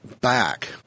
Back